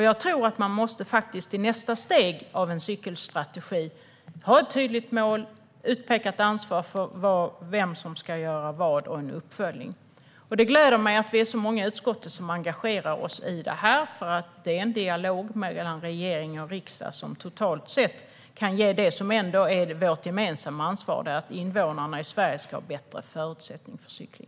Jag tror att man i nästa steg för en cykelstrategi faktiskt måste ha ett tydligt mål, ett utpekat ansvar för vem som ska göra vad samt en uppföljning. Det gläder mig att vi är så många i utskottet som engagerar oss i detta, för det är en dialog mellan regering och riksdag som totalt sett kan ge det som är vårt gemensamma ansvar, nämligen att Sveriges invånare ska ha bättre förutsättningar för cykling.